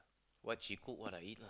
what she cook what I eat lah